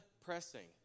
pressing